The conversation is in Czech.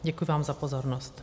Děkuji vám za pozornost.